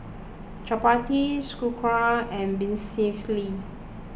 Chapati Sauerkraut and Vermicelli